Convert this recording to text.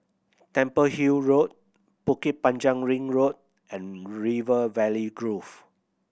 Temple Hill Road Bukit Panjang Ring Road and River Valley Grove